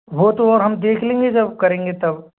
वो तो और हम देख लेंगे जब करेंगे तब